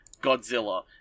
Godzilla